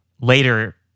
later